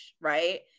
right